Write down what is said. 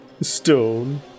stone